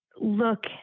look